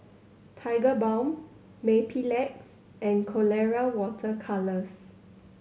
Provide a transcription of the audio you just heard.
Tigerbalm Mepilex and Colora Water Colours